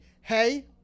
hey –